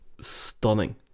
stunning